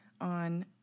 on